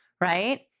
right